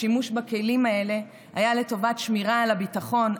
השימוש בכלים האלה היה לטובת שמירה על הביטחון,